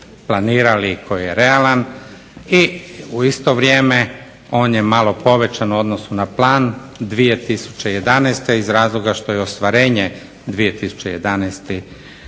planirali i koji je realan i u isto vrijeme on je malo povećan u odnosu na plan 2011. iz razloga što je ostvarenje 2011. veći